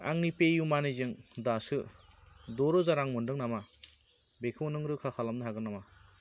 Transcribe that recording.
आंनि पेइउमानिजों दासो द' रोजा रां मोनदों नामा बेखौ नों रोखा खालामनो हागोन नामा